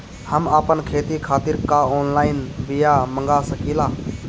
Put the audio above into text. हम आपन खेती खातिर का ऑनलाइन बिया मँगा सकिला?